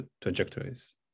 trajectories